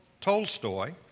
Tolstoy